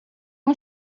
não